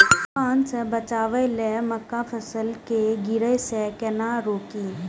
तुफान से बचाव लेल मक्का फसल के गिरे से केना रोकी?